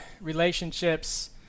relationships